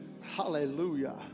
Hallelujah